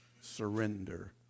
surrender